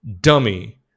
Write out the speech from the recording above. Dummy